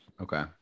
Okay